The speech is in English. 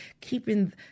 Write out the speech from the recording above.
keeping